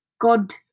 God